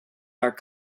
are